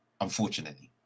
unfortunately